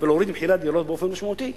ולהוריד את מחירי הדירות באופן משמעותי.